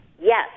Yes